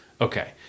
Okay